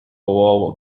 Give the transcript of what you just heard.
volvo